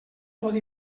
pot